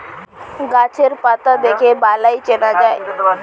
গাছের পাতা দেখে বালাই চেনা যায়